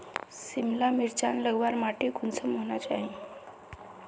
सिमला मिर्चान लगवार माटी कुंसम होना चही?